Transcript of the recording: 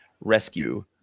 rescue